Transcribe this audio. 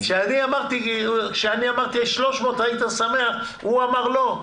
כשאני אמרתי שעם 300 שקל היית שמח, הוא אמר: לא.